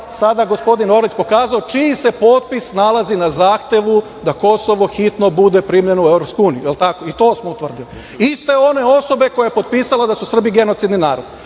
sada gospodin Orlić pokazao, čiji se potpis nalazi na zahtevu da Kosovo hitno bude primljeno u Evropsku uniju. Jel tako? I to smo utvrdili. Iste one osobe koja je potpisala da su Srbi genocidni narod.